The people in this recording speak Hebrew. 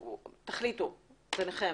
תחליטו ביניכם.